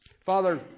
Father